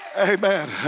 Amen